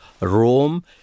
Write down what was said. Rome